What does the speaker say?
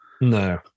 No